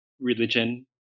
religion